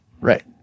Right